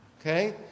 okay